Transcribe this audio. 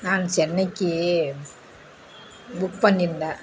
நான் சென்னைக்கு புக் பண்ணியிருந்தேன்